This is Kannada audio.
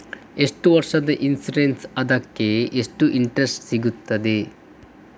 ಎಷ್ಟು ವರ್ಷದ ಇನ್ಸೂರೆನ್ಸ್ ಅದಕ್ಕೆ ಎಷ್ಟು ಇಂಟ್ರೆಸ್ಟ್ ಸಿಗುತ್ತದೆ?